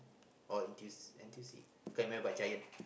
or N_T_U_C N_T_U_C can't remember but Giant